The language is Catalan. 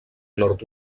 nord